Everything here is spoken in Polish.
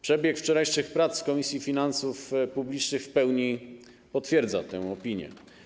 Przebieg wczorajszych prac w Komisji Finansów Publicznych w pełni potwierdza tę opinię.